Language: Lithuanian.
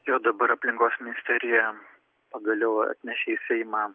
jau dabar aplinkos ministerija pagaliau atnešė į seimą